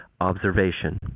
observation